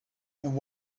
and